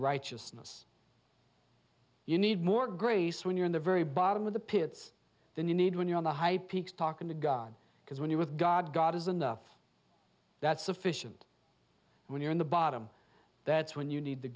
righteousness you need more grace when you're in the very bottom of the pits than you need when you're on the high peaks talking to god because when you're with god god is enough that's sufficient when you're in the bottom that's when you need the